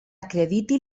acrediti